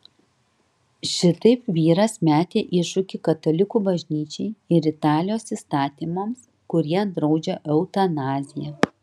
šitaip vyras metė iššūkį katalikų bažnyčiai ir italijos įstatymams kurie draudžia eutanaziją